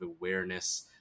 awareness